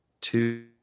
Two